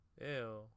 Ew